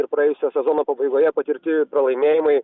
ir praėjusio sezono pabaigoje patirti pralaimėjimai